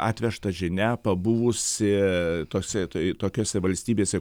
atvežta žinia pabuvusi tose to tokiose valstybėse